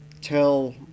tell